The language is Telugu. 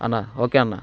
అన్నా ఓకే అన్నా